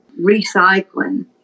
recycling